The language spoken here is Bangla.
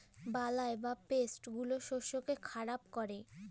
বালাই বা পেস্ট গুলো শস্যকে খারাপ করে